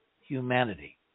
humanity